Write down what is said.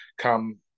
Come